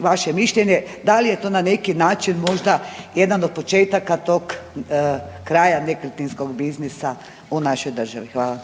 vaše mišljenje da li je to na neki način možda jedan od početaka tog kraja nekretninskog biznisa u našoj državi. Hvala.